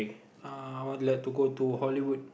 uh I would like too go to Hollywood